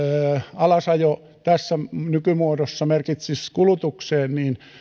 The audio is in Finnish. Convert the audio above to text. alasajo tässä nykymuodossa merkitsisi kulutukselle